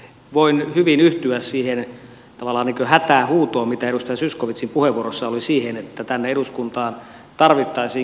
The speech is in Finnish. voin hyvin yhtyä siihen tavallaan ikään kuin hätähuutoon mitä edustaja zyskowiczin puheenvuorossa oli siihen että tänne eduskuntaan tarvittaisiin kriisitietoisuutta